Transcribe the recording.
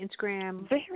Instagram